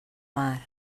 mar